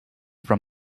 from